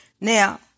Now